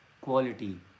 quality